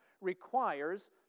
requires